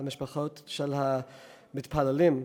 למשפחות המתפללים,